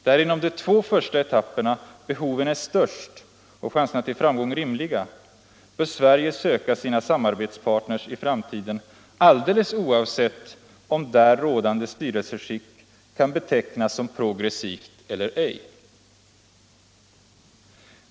Där inom de två första etapperna behoven är störst och chanserna till framgång rimliga bör Sverige söka sina samarbetspartners i framtiden alldeles oavsett om där rådande styrelseskick kan betecknas som progressivt eller ej.